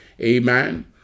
amen